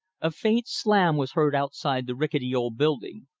a faint slam was heard outside the rickety old building.